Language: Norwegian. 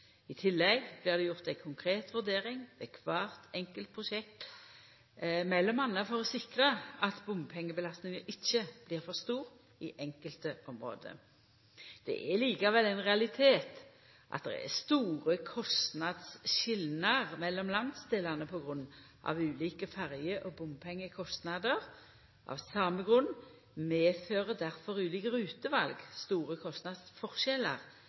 I tillegg blir det gjort ei konkret vurdering ved kvart enkelt prosjekt, m.a. for å sikra at bompengebelastninga ikkje blir for stor i enkelte område. Det er likevel ein realitet at det er store kostnadsskilnader mellom landsdelane på grunn av ulike ferje- og bompengekostnader. Av same grunn medfører difor ulike ruteval store